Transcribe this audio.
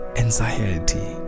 anxiety